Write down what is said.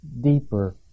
deeper